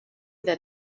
that